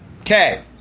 Okay